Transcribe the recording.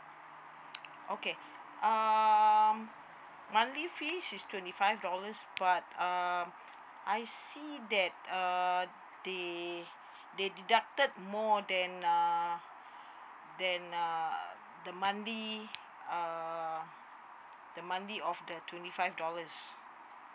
okay um monthly free she's twenty five dollars but um I see that uh they they deducted more than uh then err the monthly uh the monthly of the twenty five dollars